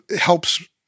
helps